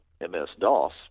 MS-DOS